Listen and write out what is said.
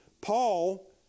Paul